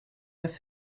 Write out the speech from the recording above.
left